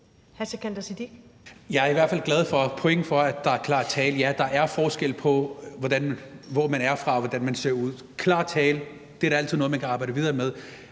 Jeg er i hvert fald glad for, at der er klar tale – point for det. Ja, der er forskel på, hvor man er fra, og hvordan man ser ud. Det er klar tale. Det er da altid noget, man kan arbejde videre med.